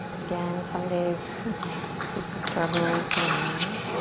again, some days it's a struggle to land.